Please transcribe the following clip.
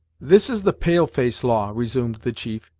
this is the pale-face law, resumed the chief.